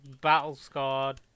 battle-scarred